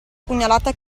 pugnalata